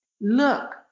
Look